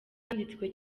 yanditswe